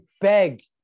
begged